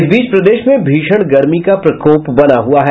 इस बीच प्रदेश में भीषण गर्मी का प्रकोप बना हुआ है